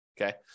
Okay